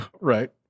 Right